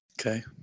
Okay